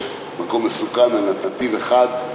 מקום מסוכן עם נתיב אחד,